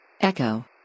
Echo